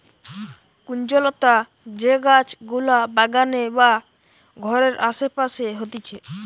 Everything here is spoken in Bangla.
কুঞ্জলতা যে গাছ গুলা বাগানে বা ঘরের আসে পাশে হতিছে